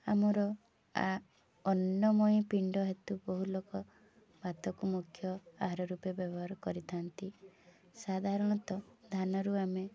ଆମର ଅର୍ଣ୍ଣମୟୀ ପିଣ୍ଡ ହେତୁ ବହୁ ଲୋକ ଭାତକୁ ମୁଖ୍ୟ ଆହାର ରୂପେ ବ୍ୟବହାର କରିଥାନ୍ତି ସାଧାରଣତଃ ଧାନରୁ ଆମେ